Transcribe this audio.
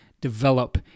develop